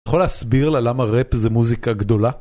יכול להסביר לה למה ראפ זה מוזיקה גדולה?